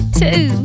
two